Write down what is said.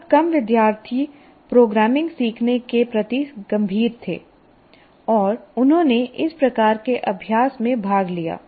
बहुत कम विद्यार्थी प्रोग्रामिंग सीखने के प्रति गंभीर थे और उन्होंने इस प्रकार के अभ्यास में भाग लिया